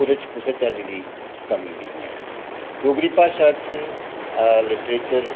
ओहदे च कुसै चाल्ली दी कमी नेईं ऐ डोगरी भाशा च लिट्रेचर